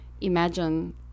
imagine